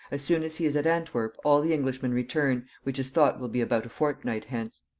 as soon as he is at antwerp all the englishmen return, which is thought will be about a fortnight hence.